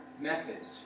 methods